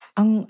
ang